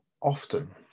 often